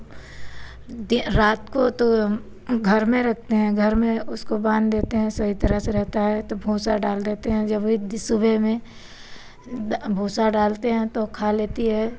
दि रात को तो घर में रखते हैं घर में उसको बांध देते हैं सही तरह से रहता है तो भूसा डाल देते हैं जब भी इतनी सुबह में दा भूसा डालते हैं तो खा लेती हैं